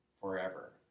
forever